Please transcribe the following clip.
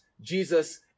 Jesus